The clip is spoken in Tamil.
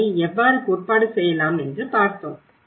அதை எவ்வாறு கோட்பாடு செய்யலாம் என்று பார்த்தோம்